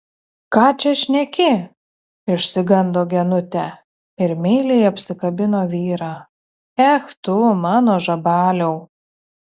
ką čia šneki išsigando genutė ir meiliai apsikabino vyrą ech tu mano žabaliau